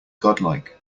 godlike